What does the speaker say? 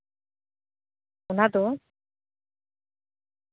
ᱚᱱᱟ ᱫᱚ